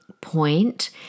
point